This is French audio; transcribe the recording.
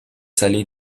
salé